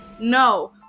No